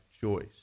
choice